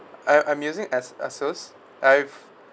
I I'm using as~ ASUS I've